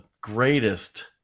greatest